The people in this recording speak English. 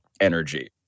energy